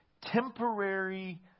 temporary